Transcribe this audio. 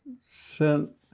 sent